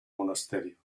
monasterio